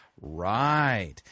right